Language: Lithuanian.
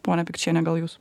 ponia pikčiene gal jūs